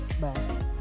Bye